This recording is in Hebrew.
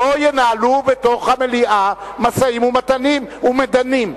לא ינהלו בתוך המליאה משאים ומתנים ומדנים.